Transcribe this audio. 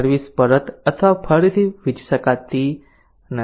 service પરત અથવા ફરીથી વેચી શકાતી નથી